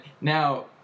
Now